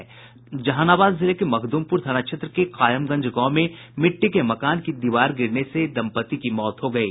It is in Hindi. जहानाबाद जिले के मखद्मपुर थाना क्षेत्र के कायमगंज गांव में मिट्टी के मकान की दीवार गिरने से दंपति की मौत हो गयी